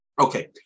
Okay